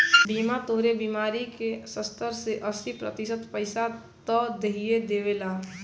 बीमा तोहरे बीमारी क सत्तर से अस्सी प्रतिशत पइसा त देहिए देवेला